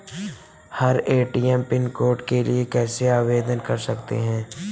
हम ATM pin code के लिए कैसे आवेदन कर सकते हैं?